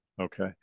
Okay